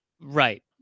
Right